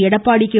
Edappadi K